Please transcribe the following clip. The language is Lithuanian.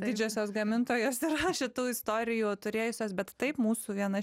didžiosios gamintojos yra šitų tų istorijų turėjusios bet taip mūsų viena